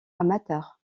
amateurs